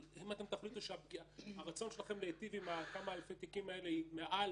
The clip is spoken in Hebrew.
אבל אם תחליטו שהרצון שלכם להיטיב עם כמה אלפי התיקים האלה היא מעל